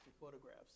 photographs